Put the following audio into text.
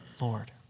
Lord